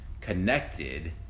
connected